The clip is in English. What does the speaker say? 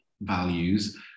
values